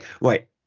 Right